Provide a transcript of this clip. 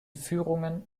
führungen